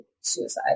suicide